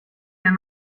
amb